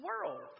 world